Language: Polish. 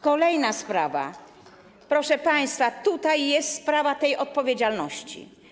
Kolejna sprawa - proszę państwa, tutaj jest sprawa tej odpowiedzialności.